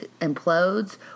implodes